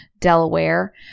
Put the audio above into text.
Delaware